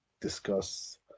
discuss